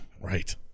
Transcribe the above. right